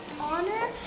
honor